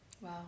Wow